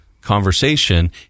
Conversation